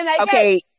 Okay